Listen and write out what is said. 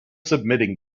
submitting